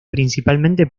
principalmente